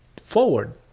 forward